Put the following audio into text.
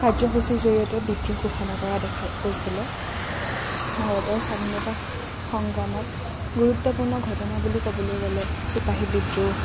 কাৰ্যসূচীৰ জৰিয়তেও বিদ্ৰোহ ঘোষণা কৰা দেখা গৈছিলে ভাৰতৰ স্বাধীনতা সংগ্ৰামত গুৰুত্বপূৰ্ণ ঘটনা বুলি ক'বলৈ গ'লে চিপাহী বিদ্ৰোহ